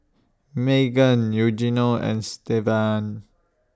Maegan Eugenio and Stevan